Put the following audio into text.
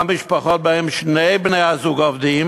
גם משפחות שבהן שני בני-הזוג עובדים